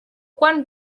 quan